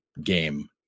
game